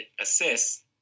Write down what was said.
assists